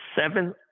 seven